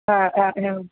एवं